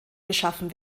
geschaffen